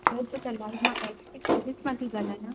जय झूलेलाल मां H P service मां थी ॻाल्हायां